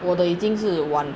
我的已经是 one